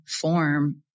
form